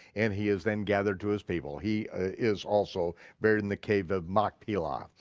and he is then gathered to his people, he is also buried in the cave of machpelah.